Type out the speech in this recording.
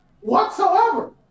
whatsoever